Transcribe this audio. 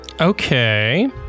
Okay